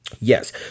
Yes